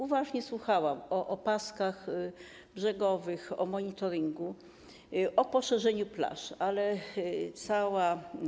Uważnie słuchałam o opaskach brzegowych, o monitoringu, o poszerzaniu plaż, ale cała.